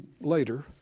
later